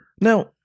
Now